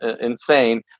insane